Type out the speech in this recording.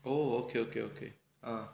oh okay okay okay